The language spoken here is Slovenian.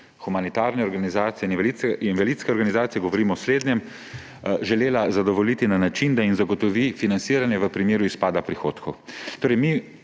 humanitarne organizacije in invalidske organizacije, govorim o slednjem, želela zadovoljiti na način, da mu zagotovi financiranje v primeru izpada prihodkov. Torej mi